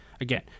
Again